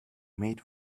made